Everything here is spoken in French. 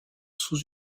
sous